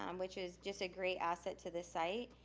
um which is just a great asset to this site.